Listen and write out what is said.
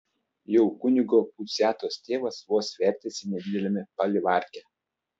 jau kunigo puciatos tėvas vos vertėsi nedideliame palivarke